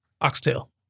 oxtail